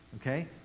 Okay